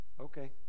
Okay